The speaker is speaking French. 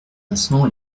vincent